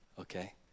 Okay